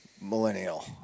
millennial